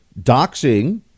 doxing